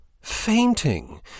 Fainting